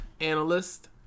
analyst